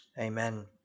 Amen